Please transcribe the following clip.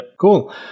cool